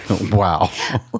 Wow